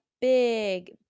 big